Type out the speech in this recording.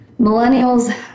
millennials